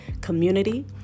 community